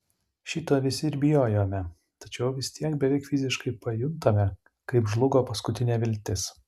šito visi ir bijojome tačiau vis tiek beveik fiziškai pajuntame kaip žlugo paskutinė viltis